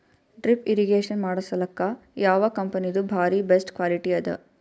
Drip irrigation ಮಾಡಸಲಕ್ಕ ಯಾವ ಕಂಪನಿದು ಬಾರಿ ಬೆಸ್ಟ್ ಕ್ವಾಲಿಟಿ ಅದ?